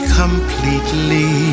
completely